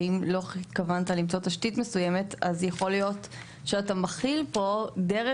ואם לא התכוונת למצוא תשתית מסוימת אז יכול להיות שאתה מחיל פה דרך